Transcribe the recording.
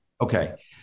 Okay